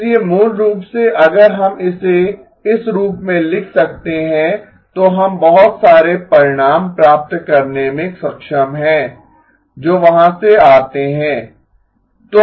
इसलिए मूल रूप से अगर हम इसे इस रूप में लिख सकते हैं तो हम बहुत सारे परिणाम प्राप्त करने में सक्षम हैं जो वहां से आते हैं